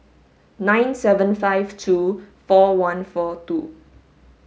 nine seven five two four one four two